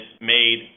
made